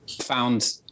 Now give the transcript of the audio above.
found